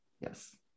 yes